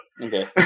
Okay